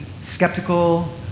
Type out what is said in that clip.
skeptical